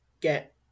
Get